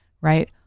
right